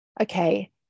okay